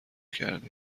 کردیم